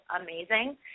amazing